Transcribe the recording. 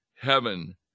heaven